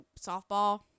softball